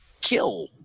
kill